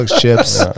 chips